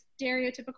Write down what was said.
stereotypical